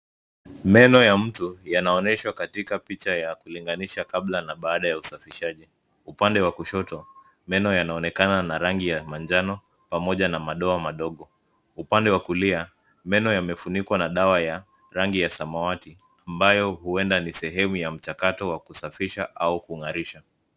Meno ta mtu yanaonyeshwa katika picaha ya kulinganisha kabla na baada ya kusafisha. Upande wa kushoto meno yanaonekana na rangi ya manjano pamoja na madoa madogo. Upande wa kulia, meno yamefunikwa na dawa ya rangi ya samawati ambayo huenda ni sehemu ya mchakato wa kusafisha au kung'arisha.